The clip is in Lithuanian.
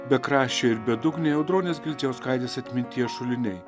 bekraščiai ir bedugniai audronės girdzijauskaitės atminties šuliniai